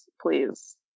please